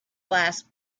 last